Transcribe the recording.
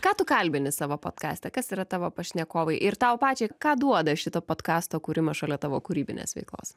ką tu kalbini savo podkaste kas yra tavo pašnekovai ir tau pačiai ką duoda šito podkasto kūrimas šalia tavo kūrybinės veiklos